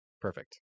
Perfect